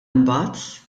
imbagħad